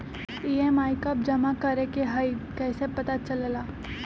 EMI कव जमा करेके हई कैसे पता चलेला?